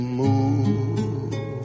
move